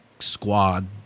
Squad